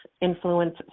influence